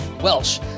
Welsh